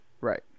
Right